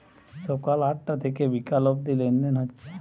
সকাল আটটা থিকে বিকাল অব্দি লেনদেন হচ্ছে